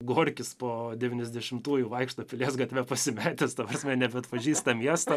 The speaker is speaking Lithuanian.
gorkis po devyniasdešimtųjų vaikšto pilies gatve pasimetęs ta prasme nebeatpažįsta miesto